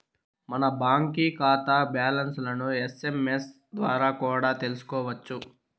మన బాంకీ కాతా బ్యాలన్స్లను ఎస్.ఎమ్.ఎస్ ద్వారా కూడా తెల్సుకోవచ్చు